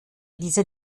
dieser